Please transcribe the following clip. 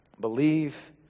believe